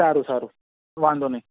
સારું સારું વાંધો નહીં